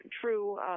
true